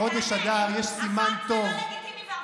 חברת הכנסת יסמין פרידמן.